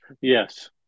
yes